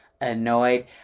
Annoyed